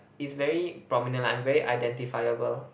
is very prominent lah I'm very identifiable